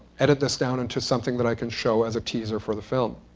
edit this down into something that i can show as a teaser for the film.